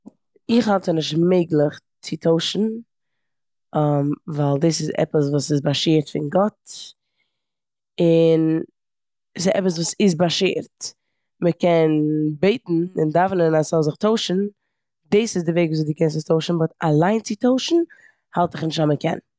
איך האלט ס'נישט מעגליך צו טוישן ווייל דאס איז עפעס וואס איז באשערט פון גאט און ס'איז עפעס וואס איז באשערט. מ'קען בעטן און דאווענען אז ס'זאל זיך טוישן, דאס איז די וועג וויאזוי די קענסט עס טוישן, באט אליין צו טוישן האלט איך נישט אז מ'קען.